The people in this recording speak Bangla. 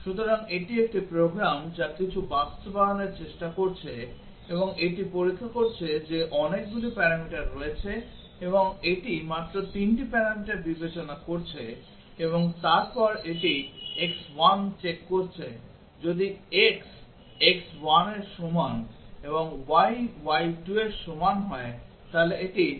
সুতরাং এটি একটি প্রোগ্রাম যা কিছু বাস্তবায়নের চেষ্টা করছে এবং এটি পরীক্ষা করছে যে অনেকগুলি প্যারামিটার রয়েছে এবং এটি মাত্র 3 টি প্যারামিটার বিবেচনা করছে এবং তারপর এটি x 1 চেক করছে যদি x x1 এর সমান এবং y y2 এর সমান হয় তাহলে এটি f xyz